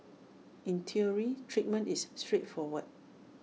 in theory treatment is straightforward